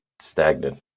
stagnant